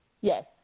Yes